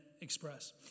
express